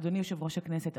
אדוני יושב-ראש הישיבה,